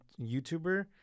YouTuber